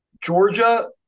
Georgia